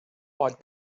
what